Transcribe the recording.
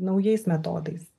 naujais metodais